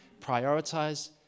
Prioritize